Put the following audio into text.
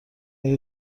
اگه